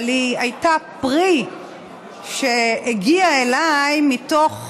אבל היא הייתה פרי שהגיע אליי מתוך